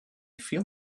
feel